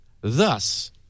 thus